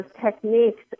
techniques